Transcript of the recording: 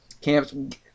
camps